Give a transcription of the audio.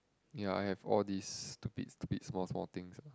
ya I have all this stupid stupid small small things ah